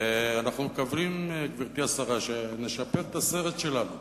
ואנחנו מקווים, גברתי השרה, שנשפר את הסרט שלנו.